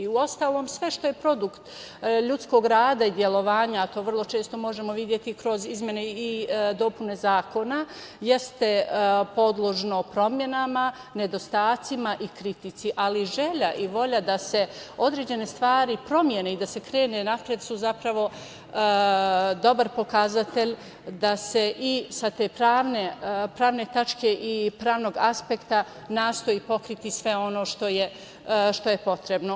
Uostalom, sve što je produkt ljudskog rada i delovanja, a to vrlo često možemo videti kroz izmene i dopune zakona, jeste podložno promenama, nedostacima i kritici, ali želja i volja da se određene stvari promene i da se krene napred su zapravo dobar pokazatelj da se i sa te pravne tačke i pravnog aspekta nastoji pokriti sve ono što je potrebno.